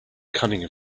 cunning